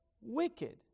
wicked